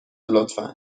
لطفا